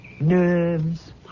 Nerves